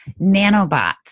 nanobots